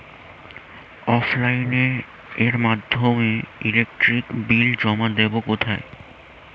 অফলাইনে এর মাধ্যমে ইলেকট্রিক বিল জমা দেবো কোথায়?